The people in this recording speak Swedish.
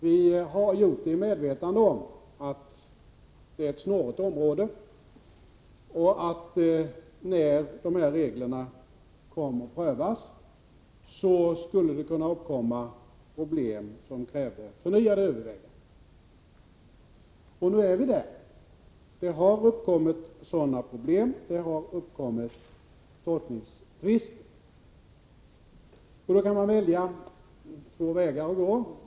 Vi har gjort det i medvetande om att det är ett snårigt område och att det, när reglerna prövas, skulle kunna uppkomma problem som krävde förnyade överväganden. Nu är vi där — det har uppkommit sådana problem, det har uppkommit tolkningstvister. Det finns då två vägar att gå.